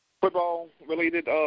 football-related